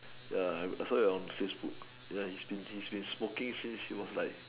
ya I saw it on Facebook ya he's been he's been smoking since he was like